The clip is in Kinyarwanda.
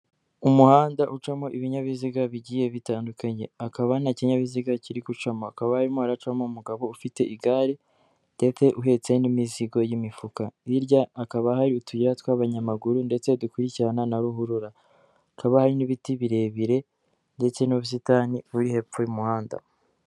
Umuhanda ucamo ibinyabiziga bigiye bitandukanye hakaba ntakinyabiziga kiri gucamo hakaba arimo aracamo umugabo ufite igare tete uhetse n'imizigo y'imifuka hirya hakaba hari utuyira tw'abanyamaguru ndetse dukurikirana na ruhurura hakaba hari n'ibiti birebire ndetse n'ubusitani buri hepfo y'umuhanda.